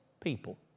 people